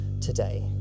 today